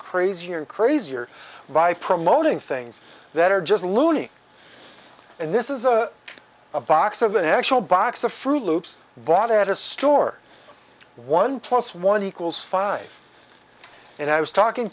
crazier and crazier by promoting things that are just loony and this is a a box of an actual box of fruit loops bought at a store one plus one equals five and i was talking